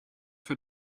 for